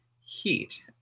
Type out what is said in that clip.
heat